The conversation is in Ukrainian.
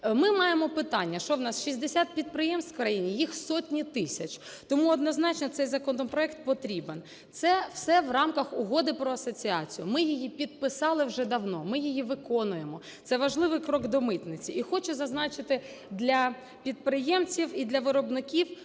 Ми маємо питання, що у нас 60 підприємств в країні? Їх сотні тисяч, тому однозначно цей законопроект потрібен. Це все в рамках Угоди про асоціацію, ми її підписали вже давно, ми її виконуємо, це важливий крок до митниці. І хочу зазначити для підприємців і для виробників